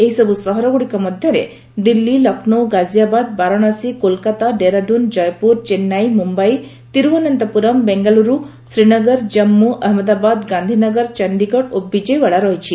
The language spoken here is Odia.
ଏହିସବୁ ସହରଗୁଡ଼ିକ ମଧ୍ୟରେ ଦିଲ୍ଲୀ ଲକ୍ଷ୍ମୌ ଗାଜିଆବାଦ ବାରଣାସୀ କୋଲକାତା ଡେରାଡୁନ୍ କୟପୁର ଚେନ୍ନାଇ ମୁମ୍ଘାଇ ତିରୁଅନନ୍ତପୁରମ୍ ବାଙ୍ଗାଲୁରୁ ଶ୍ରୀନଗର ଜନ୍ମୁ ଅହନ୍ମଦାବାଦ ଗାନ୍ଧିନଗର ଚଶ୍ଚୀଗଡ଼ ଓ ବିଜୟୱାଡ଼ା ରହିଛି